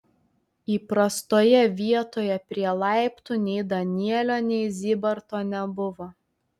įprastoje vietoje prie laiptų nei danielio nei zybarto nebuvo